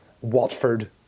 Watford